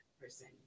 person